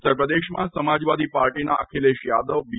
ઉત્તરપ્રદેશમાં સમાજવાદી પાર્ટીના અખીલેશ યાદવ બી